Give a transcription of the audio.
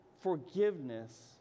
forgiveness